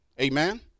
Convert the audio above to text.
Amen